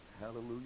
hallelujah